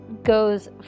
goes